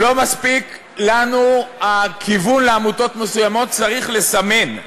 לא מספיק לנו הכיוון לעמותות מסוימות, צריך לסמן.